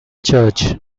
church